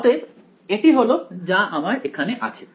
অতএব এটি হলো যা আমার এখানে আছে